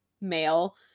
male